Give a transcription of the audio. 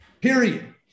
period